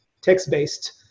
text-based